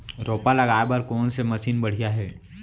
रोपा लगाए बर कोन से मशीन बढ़िया हे?